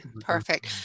Perfect